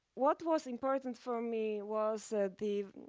what was important for me was the,